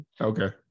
Okay